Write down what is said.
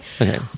Okay